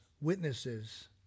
witnesses